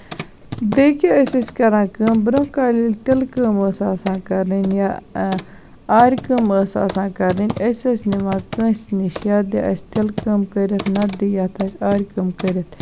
بیٚیہِ کیاہ ٲسۍ أسۍ کران کٲم برونہہ کالہِ ییٚلہِ تِلہٕ کٲم ٲس آسان کَرٕنۍ یا آرِ کٲم ٲسۍ آسان کَرٕنۍ أسۍ ٲسۍ نِوان کٲنسہِ نِش یا دِ اَسہِ تِلہٕ کٲم کٔرِتھ نتہٕ دِ یَتھ اَسہِ آرِ کٲم کٔرِتھ